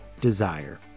desire